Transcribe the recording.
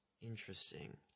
interesting